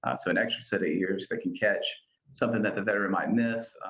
ah so an extra set of ears that can catch something that the veteran might miss,